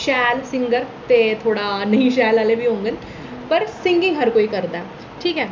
शैल सींगर ते थोह्ड़ा नेईं शैल आह्ले बी होङन पर सींगिंग हर कोई करदा ऐ ठीक ऐ